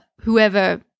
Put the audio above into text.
whoever